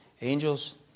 angels